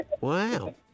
Wow